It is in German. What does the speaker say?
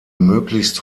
möglichst